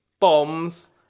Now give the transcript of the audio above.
bombs